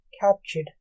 captured